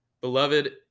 Beloved